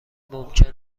ممکن